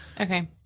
Okay